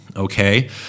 Okay